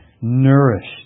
nourished